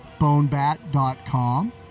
BoneBat.com